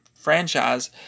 franchise